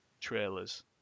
trailers